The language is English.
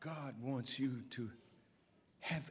god wants you to have